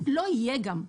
לא יהיה גם,